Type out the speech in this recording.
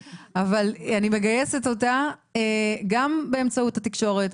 אבל אני מגייסת אותה גם באמצעות התקשורת,